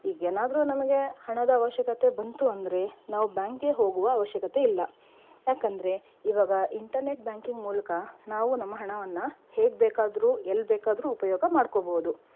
ಈಗೇನಾದರೂ ನಮಗೆ ಹಣದ ಅವಶ್ಯಕತೆ ಬಂತು ಅಂದರೆ ನಾವು ಬ್ಯಾಂಕ್ಗೆ ಹೋಗುವ ಅವಶ್ಯಕತೆ ಇಲ್ಲ ಯಾಕಂದರೆ ಇವಾಗ ಇಂಟರ್ನೆಟ್ ಬ್ಯಾಂಕಿಂಗ್ ಮೂಲಕ ನಾವು ನಮ್ಮ ಹಣವನ್ನು ಹೇಗೆ ಬೇಕಾದ್ರೂ ಎಲ್ಲಿ ಬೇಕಾದ್ರೂ ಉಪಯೋಗ ಮಾಡ್ಕೋಬೌದು